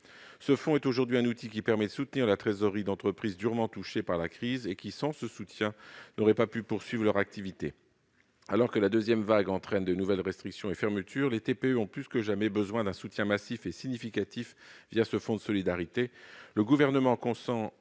Ce fonds est aujourd'hui un outil permettant de soutenir la trésorerie d'entreprises durement touchées par la crise et qui, sans ce soutien, n'auraient pas pu poursuivre leur activité. Alors que la deuxième vague entraîne de nouvelles restrictions et fermetures, les TPE ont plus que jamais besoin d'un soutien massif et significatif ce fonds de solidarité.